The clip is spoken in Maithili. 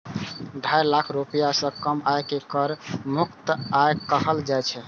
ढाई लाख रुपैया सं कम आय कें कर मुक्त आय कहल जाइ छै